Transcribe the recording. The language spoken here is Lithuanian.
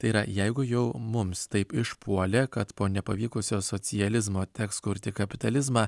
tai yra jeigu jau mums taip išpuolė kad po nepavykusio socializmo teks kurti kapitalizmą